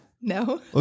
No